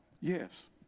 yes